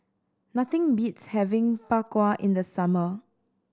nothing beats having Bak Kwa in the summer